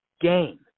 game